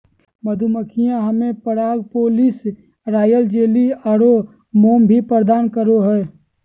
मधुमक्खियां हमें पराग, प्रोपोलिस, रॉयल जेली आरो मोम भी प्रदान करो हइ